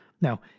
Now